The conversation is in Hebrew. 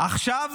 עכשיו